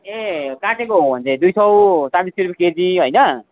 ए काटेको हो भने चाहिँ दुई सय चालिस रुपियाँ केजी होइन